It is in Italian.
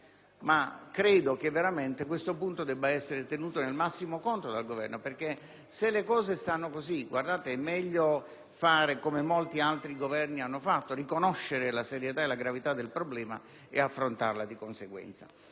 ma credo che a questo punto debba essere tenuto in massimo conto dal Governo. Guardate, colleghi, che se le cose stanno così è meglio fare come molti altri Governi hanno fatto, riconoscendo la serietà e la gravità del problema e affrontandolo di conseguenza.